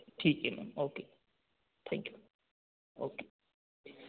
ठीक है ma'am okay thank you okay